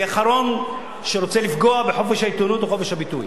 אני האחרון שרוצה לפגוע בחופש העיתונות ובחופש הביטוי.